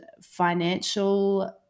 financial